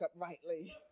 uprightly